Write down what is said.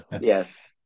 yes